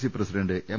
C president M